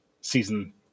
season